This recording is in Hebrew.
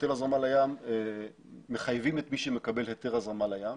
בהיטל הזרמה לים מחייבים את מי שמקבל היתר הזרמה לים,